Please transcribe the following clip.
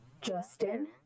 Justin